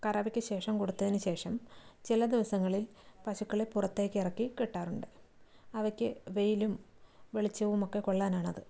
കറവയ്ക്ക് ശേഷം കൊടുത്തതിന് ശേഷം ചില ദിവസങ്ങളിൽ പശുക്കളെ പുറത്തേക്ക് ഇറക്കി കെട്ടാറുണ്ട് അവയ്ക്ക് വെയിലും വെളിച്ചവും ഒക്കെ കൊള്ളാനാണത്